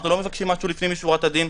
אנחנו לא מבקשים משהו לפנים משורת הדין,